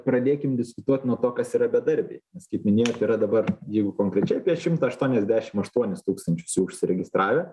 pradėkim diskutuot nuo to kas yra bedarbiai nes kaip minėjau tai yra dabar jeigu konkrečiai apie šimtą aštuoniasdešim aštuonis tūkstančius jų užsiregistravę